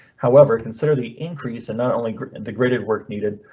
however, consider the increase and not only degraded work needed,